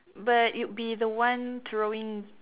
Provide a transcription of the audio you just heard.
but it'll be the one throwing